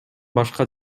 башка